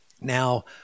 Now